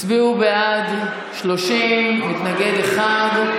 הצביעו בעד, 30, מתנגד אחד.